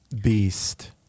beast